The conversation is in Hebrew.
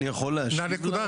אני יכול להשיב לדברים האלה?